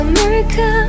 America